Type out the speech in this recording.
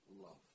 love